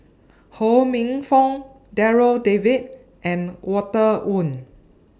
Ho Minfong Darryl David and Walter Woon